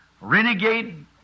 renegade